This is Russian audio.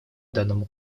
данному